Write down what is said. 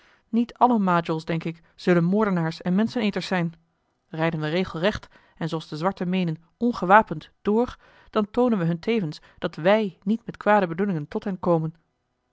niet alle majols denk ik zullen moordenaars en menscheneters zijn rijden we regelrecht en zooals de zwarten meenen ongewapend door dan toonen wij hun tevens dat wij niet met kwade bedoelingen tot hen komen